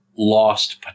lost